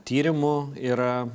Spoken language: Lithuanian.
tyrimų yra